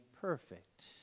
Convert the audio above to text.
perfect